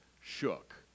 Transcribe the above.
shook